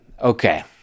Okay